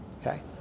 okay